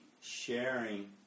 sharing